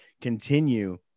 continue